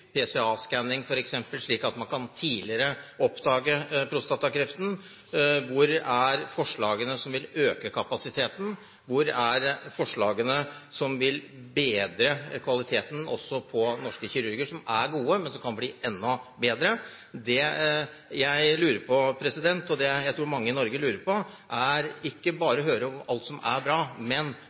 slik at man kan oppdage prostatakreften tidligere? Hvor er forslagene som vil øke kapasiteten? Hvor er forslagene som vil bedre kvaliteten også på norske kirurger, som er gode, men som kan bli enda bedre? Det jeg lurer på, og som jeg tror mange i Norge lurer på, er ikke bare å få høre om alt som er bra, men